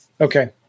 Okay